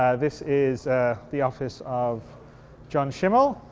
ah this is the office of john schimmel,